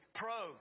pro